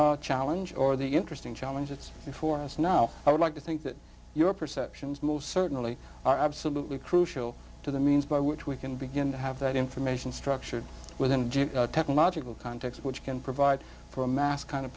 principal challenge or the interesting challenge that's before us now i would like to think that your perceptions most certainly are absolutely crucial to the means by which we can begin to have that information structure within a technological context which can provide for a mass kind of